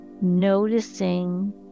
noticing